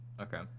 Okay